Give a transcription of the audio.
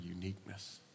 uniqueness